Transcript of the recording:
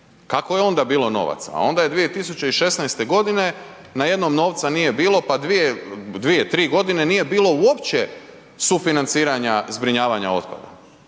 Kako je onda bilo novaca? A onda je 2016. godine najednom novca nije bilo, pa 2, 3 godine nije bilo uopće sufinanciranja zbrinjavanja otpada,